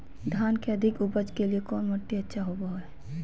धान के अधिक उपज के लिऐ कौन मट्टी अच्छा होबो है?